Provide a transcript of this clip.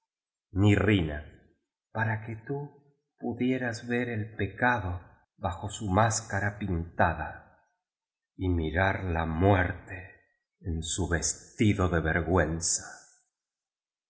palabras mirrina para que tú pudieras ver el pecado bajo su más cara pintada y mirar la muerte en su vestido de vergüenza